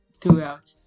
throughout